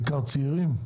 בעיקר צעירים?